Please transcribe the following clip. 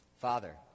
Father